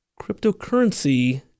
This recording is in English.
Cryptocurrency